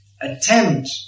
attempt